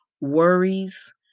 worries